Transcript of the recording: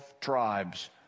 tribes